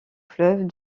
fleuve